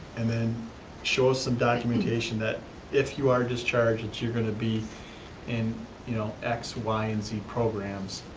and then show us some documentation that if you are discharged that you're gonna be in you know x, y, and z programs